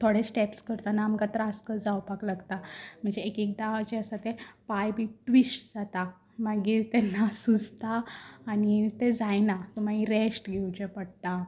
थोडे स्टेप्स करताना आमकां त्रास जावपाक लागता म्हणजे एक एकदां आसा तें पांय बी ट्विस्ट जाता मागीर तेन्ना सुजता आनी ते जायना सो मागीर रेस्ट घेवचें पडटा